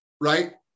right